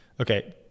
Okay